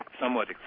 somewhat